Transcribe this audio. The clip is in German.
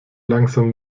langsam